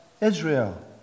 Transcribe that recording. Israel